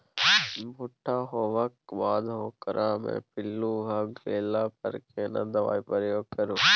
भूट्टा होबाक बाद ओकरा मे पील्लू भ गेला पर केना दबाई प्रयोग करू?